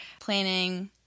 planning